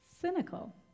cynical